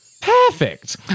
Perfect